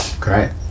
Great